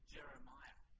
Jeremiah